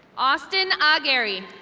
austin ogery.